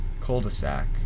cul-de-sac